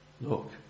look